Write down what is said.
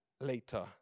later